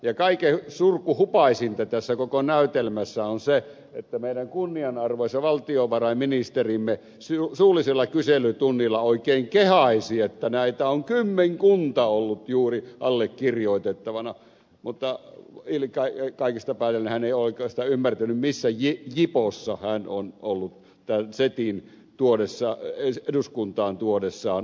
ja kaikkein surkuhupaisinta tässä koko näytelmässä on se että meidän kunnianarvoisa valtiovarainministerimme suullisella kyselytunnilla oikein kehaisi että näitä on kymmenkunta ollut juuri allekirjoitettavana mutta kaikesta päätellen hän ei oikein sitä ymmärtänyt missä jipossa hän on ollut mukana tämän setin eduskuntaan tuodessaan